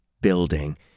building